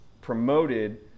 promoted